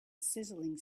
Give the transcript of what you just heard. sizzling